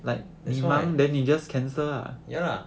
that's why ya lah